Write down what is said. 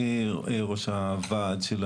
שהגיעו פיזית.